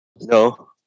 No